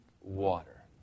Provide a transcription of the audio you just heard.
water